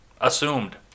assumed